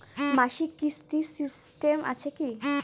মাসিক কিস্তির সিস্টেম আছে কি?